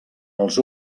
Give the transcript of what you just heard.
els